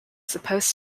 supposed